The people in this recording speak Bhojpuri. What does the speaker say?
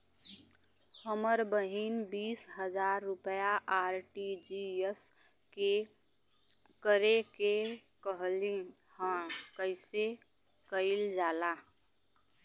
हमर बहिन बीस हजार रुपया आर.टी.जी.एस करे के कहली ह कईसे कईल जाला?